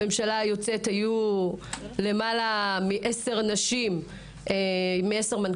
בממשלה היוצאת היו למעלה מ-10 נשים מנכ"ליות,